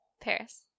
Paris